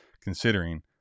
considering